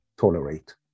tolerate